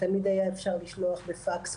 תמיד היה אפשר לשלוח בפקס,